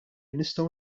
nistgħu